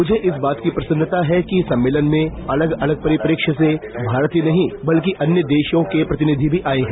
मुझे इस बात की प्रसन्नता है कि सम्मेलन में अलग अलग परिप्रिय से भारत ही नहीं बल्कि अन्य देशों के प्रतिनिधि भी आए हैं